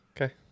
Okay